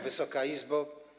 Wysoka Izbo!